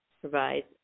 provides